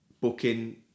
booking